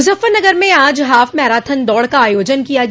मुजफ्फरनगर में आज half marathon दौड़ का आयोजन किया गया